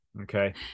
okay